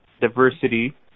diversity